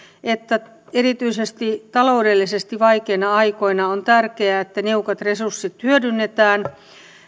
että erityisesti taloudellisesti vaikeina aikoina on tärkeää että niukat resurssit hyödynnetään